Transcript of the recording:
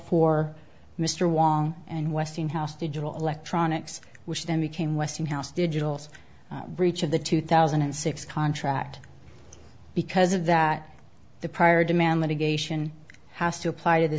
for mr wong and westinghouse digital electronics which then became westinghouse digitals breach of the two thousand and six contract because of that the prior demand litigation has to apply to the